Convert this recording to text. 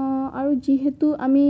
অঁ আৰু যিহেতু আমি